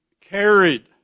carried